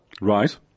Right